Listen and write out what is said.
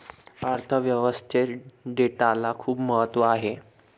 अर्थ व्यवस्थेत डेटाला खूप महत्त्व आहे